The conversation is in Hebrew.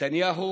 נתניהו